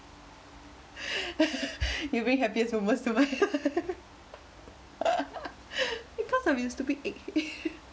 you bring happiest moments to my life because I'm your stupid egg